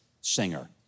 Singer